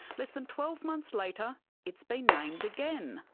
less than twelve months later it's been named again,